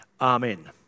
Amen